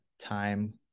time